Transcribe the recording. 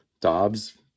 Dobbs